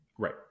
Right